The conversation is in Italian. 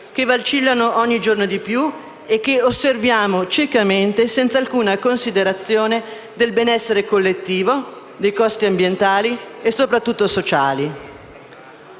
che vacillano ogni giorno di più e che osserviamo ciecamente senza alcuna considerazione del benessere collettivo, dei costi ambientali e soprattutto sociali.